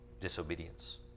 disobedience